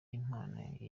impano